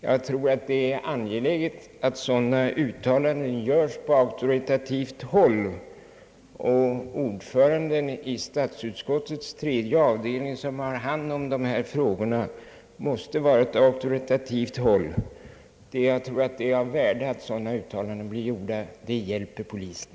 Jag tycker det är angeläget att sådana uttalanden görs på auktoritativt håll, och ordföranden i statsutskottets tredje avdelning, som har hand om dessa frågor, måste vara en sådan auktoritet. Jag tror alltså att det är av värde, att sådana uttalanden görs. Det hjälper polisen.